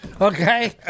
Okay